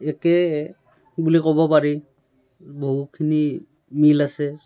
একেই বুলি ক'ব পাৰি বহুখিনি মিল আছে